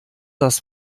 das